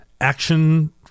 action